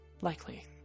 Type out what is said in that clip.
Likely